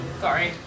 Sorry